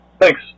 Thanks